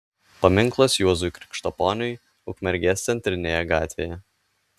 paminklas juozui krikštaponiui ukmergės centrinėje gatvėje